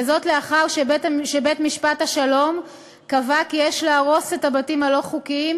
וזאת לאחר שבית-משפט השלום קבע כי יש להרוס את הבתים הלא-חוקיים